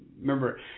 remember